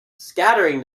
scattering